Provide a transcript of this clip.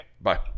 bye